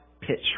pitch